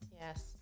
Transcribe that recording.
Yes